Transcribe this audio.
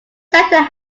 centre